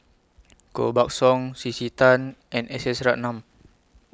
Koh Buck Song C C Tan and S S Ratnam